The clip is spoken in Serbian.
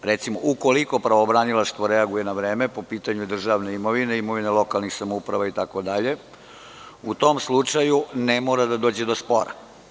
Ukoliko pravobranilaštvo reaguje na vreme po pitanju državne imovine, imovine lokalnih samouprava itd, u tom slučaju ne mora da dođe do spora.